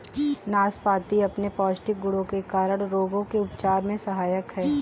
नाशपाती अपने पौष्टिक गुणों के कारण रोगों के उपचार में सहायक है